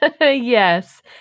Yes